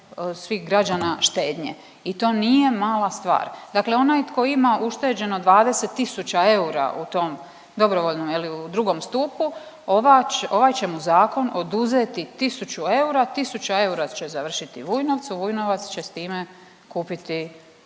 svih građana štednje. I to nije mala stvar. Dakle onaj tko ima ušteđeno 20 tisuća eura u tom dobrovoljnom je li u drugom stupu, ovaj će mu zakon oduzeti tisuću eura, tisuća eura će završiti Vujnovcu, Vujnovac će s time kupiti,